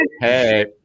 Hey